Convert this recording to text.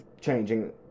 changing